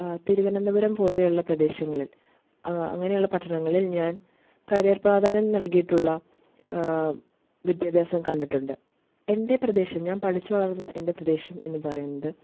തിരുവനന്തപുരം പോലെയുള്ള പ്രദേശങ്ങളിൽ അങ്ങനെയുള്ള പട്ടണങ്ങളിൽ ഞാൻ കരിയർ പ്രാധാന്യം നൽകിയിട്ടുള്ള വിദ്യാഭ്യാസം കണ്ടിട്ടുണ്ട് എൻ്റെ പ്രദേശം ഞാൻ പഠിച്ചു വളർന്ന എൻ്റെ പ്രദേശം എന്ന് പറയുന്നത്